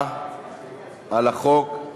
להצבעה על החוק.